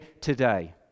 today